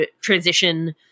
transition